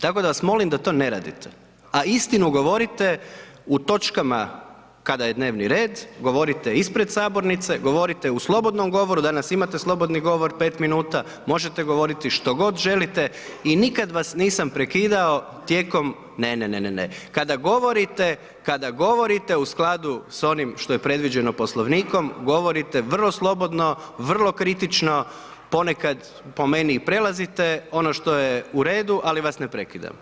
Tako da vas molim da to ne radite, a istinu govorite u točkama kada je dnevni red, govorite ispred sabornice, govorite u slobodnom govoru, danas imate slobodni govor 5 minuta, možete govoriti što god želite i nikad vas nisam prekidao tijekom, ne, ne, ne, kada govorite, kada govorite u skladu s onim što je predviđeno Poslovnikom govorite vrlo slobodno, vrlo kritično, ponekad po meni i prelazite ono što je u redu, ali vas ne prekidam.